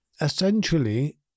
essentially